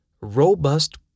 robust